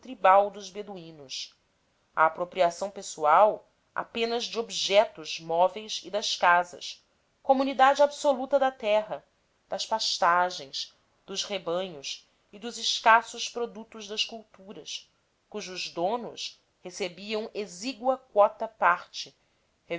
dos beduínos apropriação pessoal apenas de objetos móveis e das casas comunidade absoluta da terra das pastagens dos rebanhos e dos escassos produtos das culturas cujos donos recebiam exígua quota parte